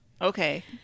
Okay